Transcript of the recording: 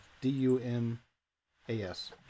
D-U-M-A-S